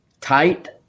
tight